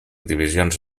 divisions